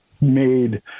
made